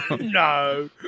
No